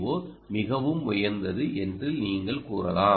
ஓ மிகவும் உயர்ந்தது என்று நீங்கள் கூறலாம்